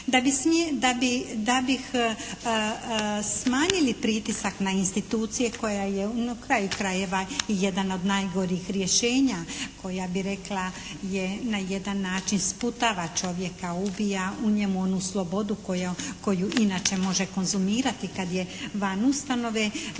Da bi smanjili pritisak na institucije koja je na kraju krajeva i jedno od najgorih rješenja, koja bi rekla je na jedan način sputava čovjeka, ubija u njemu onu slobodu koju inače može konzumirati kad je van ustanove.